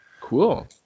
Cool